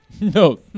No